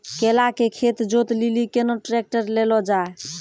केला के खेत जोत लिली केना ट्रैक्टर ले लो जा?